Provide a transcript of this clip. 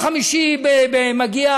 בבקשה.